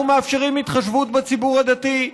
אנחנו מאפשרים התחשבות בציבור הדתי.